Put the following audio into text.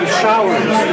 showers